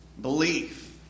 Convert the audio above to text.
belief